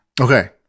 Okay